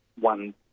one